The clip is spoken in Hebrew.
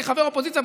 כחבר אופוזיציה,